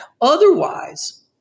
Otherwise